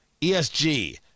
ESG